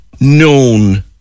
known